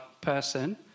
person